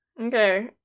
Okay